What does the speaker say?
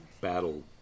battle